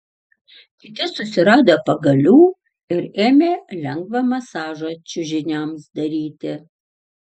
kiti susirado pagalių ir ėmė lengvą masažą čiužiniams daryti